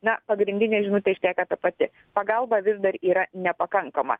na pagrindinė žinutė išlieka ta pati pagalba vis dar yra nepakankama